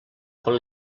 quan